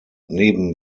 neben